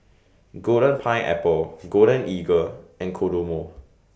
Golden Pineapple Golden Eagle and Kodomo